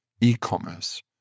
e-commerce